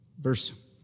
Verse